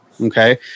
Okay